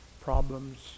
problems